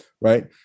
right